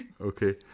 Okay